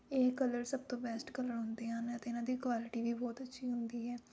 ਇਹ ਕਲਰ ਸਭ ਤੋਂ ਬੈਸਟ ਕਲਰ ਹੁੰਦੇ ਹਨ ਅਤੇ ਇਨ੍ਹਾਂ ਦੀ ਕੋਆਲਟੀ ਵੀ ਬਹੁਤ ਅੱਛੀ ਹੁੰਦੀ ਹੈ